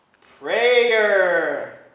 prayer